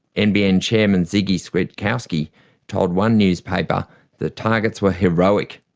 nbn chairman ziggy switkowski told one newspaper the targets were heroic.